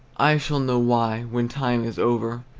i shall know why, when time is over,